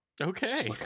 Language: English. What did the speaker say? Okay